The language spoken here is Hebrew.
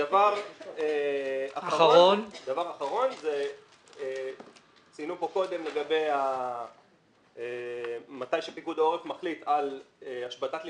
דיברו כאן קודם על מצב בו פיקוד העורף מחליט על השבתת לימודים.